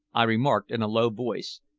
i remarked in a low voice,